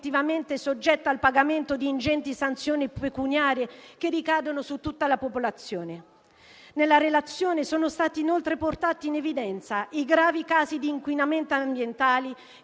soggetta al pagamento di ingenti sanzioni pecuniarie che ricadono su tutta la popolazione. Nella relazione sono stati portati, inoltre, in evidenza i gravi casi di inquinamento ambientale